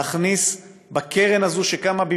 להכניס בקרן הזאת שקמה,